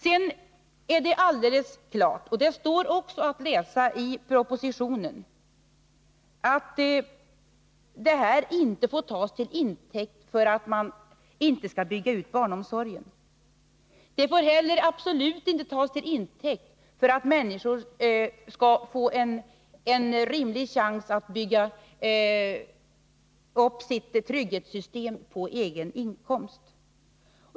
Det är alldeles klart — det står också att läsa i propositionen — att förslaget inte får tas till intäkt för att man inte skall bygga ut barnomsorgen. Det får heller absolut inte tas till intäkt för att människor inte skall få en rimlig chans att bygga upp sitt trygghetssystem på egen inkomst.